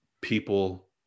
people